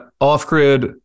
off-grid